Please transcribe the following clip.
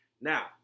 Now